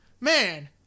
Man